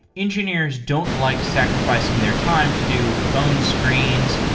engineers don't like sacrificing their time to do phone screens,